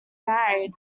married